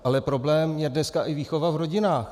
Ale problém je dneska i výchova v rodinách.